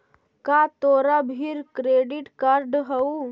का तोरा भीर क्रेडिट कार्ड हउ?